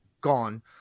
gone